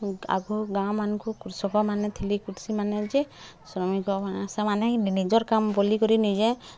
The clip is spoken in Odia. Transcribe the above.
ଆଘୁ ଗାଁ ମାନଙ୍କୁ କୃଷକମାନେ ଥିଲେ କୃଷିମାନେ ଯେ ଶ୍ରମିକମାନେ ସେମାନେ ନିଜର୍ କାମ୍ ବୋଲିକରି ନିଜେ